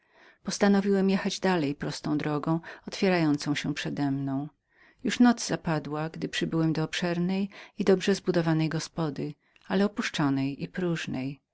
postanowiłem jechać dalej prostą drogą otwierającą się przedemną już noc dawno była zapadła gdy przybyłem do obszernej i dobrze zbudowanej gospody ale opuszczonej i próżnej